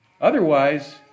Otherwise